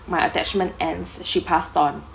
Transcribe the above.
my attachment ends she passed on